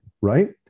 right